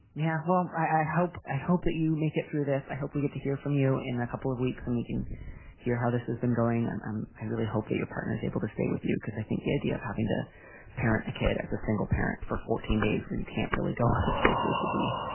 yeah. well, i hope i hope that you make it through this. i hope we get to hear from you in a couple of weeks and we can hear how this has been going. um i really hope that your partner is able to stay with you, because i think the idea of having to parent a kid as a single parent for fourteen days where you can't really go other places would be.